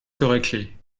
correctly